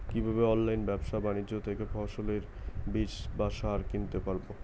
কীভাবে অনলাইন ব্যাবসা বাণিজ্য থেকে ফসলের বীজ বা সার কিনতে পারবো?